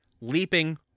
leaping